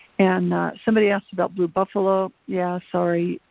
and somebody asked about blue buffalo, yeah, sorry,